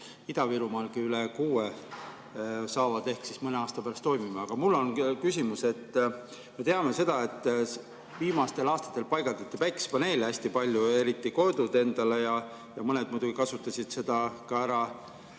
Ida-Virumaal, saavad ehk mõne aasta pärast toimima. Aga mul on küsimus. Me teame seda, et viimastel aastatel paigaldati päikesepaneele hästi palju, eriti kodumajadele. Mõned muidugi kasutasid seda ka ära